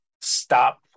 stop